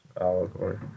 allegory